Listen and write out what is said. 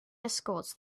escorts